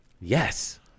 Yes